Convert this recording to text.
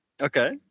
Okay